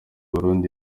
burundi